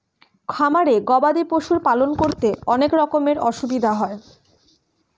খামারে গবাদি পশুর পালন করতে অনেক রকমের অসুবিধা হয়